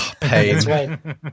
pain